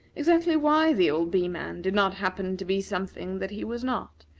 exactly why the old bee-man did not happen to be something that he was not,